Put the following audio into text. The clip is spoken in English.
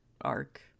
arc